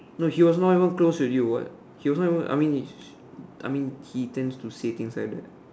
no he was not even close to you what he was not even I mean I mean he tends to say things like that